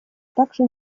также